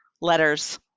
letters